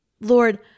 lord